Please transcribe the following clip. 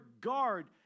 guard